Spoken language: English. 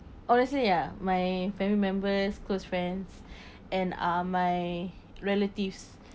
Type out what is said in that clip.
honestly ya my family members close friends and uh my relatives